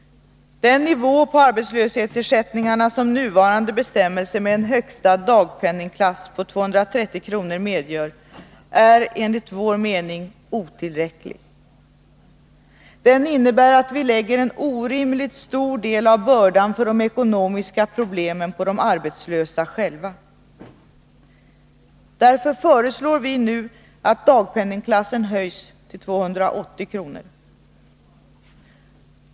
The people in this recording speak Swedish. Den nivå på arbetslöshetsersättningarna som de nuvarande bestämmelserna om en högsta dagpenningklass på 230 kr. medger är enligt vår mening otillräcklig. Den innebär att vi lägger en orimligt stor del av bördan för de ekonomiska problemen på de arbetslösa själva. Därför föreslår vi nu att dagpenningklassen höjs till 280 kr.